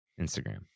Instagram